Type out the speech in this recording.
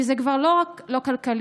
כי זה כבר לא רק לא כלכלי,